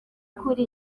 kuri